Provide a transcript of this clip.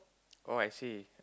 oh I see